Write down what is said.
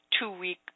two-week